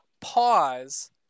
pause